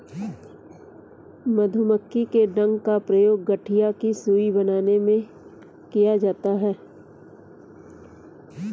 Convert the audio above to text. मधुमक्खी के डंक का प्रयोग गठिया की सुई बनाने में किया जाता है